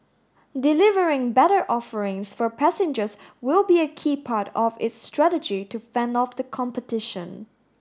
delivering better offerings for passengers will be a key part of its strategy to fend off the competition